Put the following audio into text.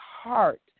heart